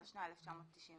התשנ"ה-1995.